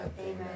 Amen